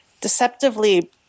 deceptively